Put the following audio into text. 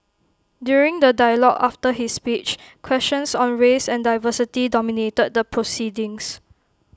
during the dialogue after his speech questions on race and diversity dominated the proceedings